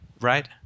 right